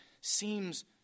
seems